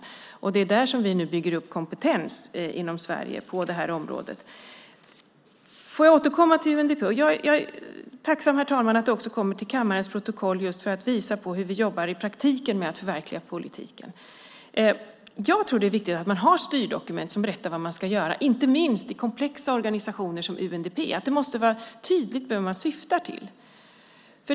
Det är på det här området som vi nu bygger upp kompetens inom Sverige. Jag vill återkomma till frågan om UNDP. Jag är tacksam, herr talman, att det kommer in i kammarens protokoll hur vi jobbar i praktiken med att förverkliga politiken. Jag tror att det är viktigt att ha styrdokument som berättar vad man ska göra, inte minst i komplexa organisationer som UNDP. Det måste vara tydligt vad man syftar till.